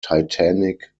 titanic